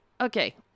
okay